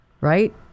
right